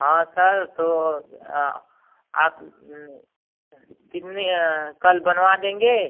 हाँ सर तो आप कितने कल बनवा देंगे